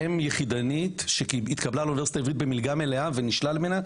אם יחידנית שהתקבלה לאוניברסיטה העברית במלגה מלאה ונשלל ממנה,